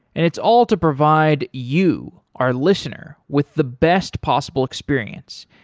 and it's all to provide you our listener with the best possible experience.